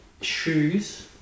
shoes